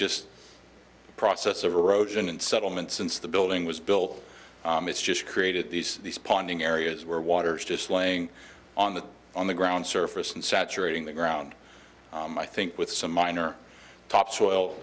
just the process of erosion and settlement since the building was built it's just created these ponding areas where water is just laying on the on the ground surface and saturating the ground i think with some minor topsoil